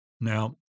Now